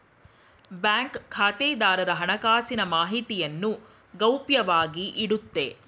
bank ಖಾತೆದಾರರ ಹಣಕಾಸಿನ ಮಾಹಿತಿಯನ್ನು ಗೌಪ್ಯವಾಗಿ ಇಡುತ್ತೆ